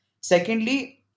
Secondly